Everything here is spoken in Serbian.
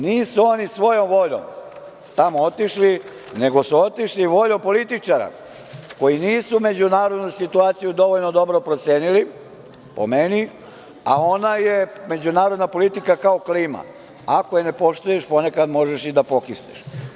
Nisu oni svojom voljom tamo otišli, nego su otišli voljom političara koji nisu međunarodnu situaciju dovoljno dobro procenili, po meni, a on je međunarodna politika kao klima, ako je ne poštuješ ponekad možeš i pokisneš.